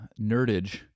nerdage